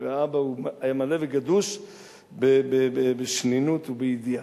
והאבא היה מלא וגדוש בשנינות ובידיעה.